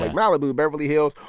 ah malibu, beverly hills.